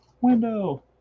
window